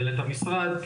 דלת המשרד,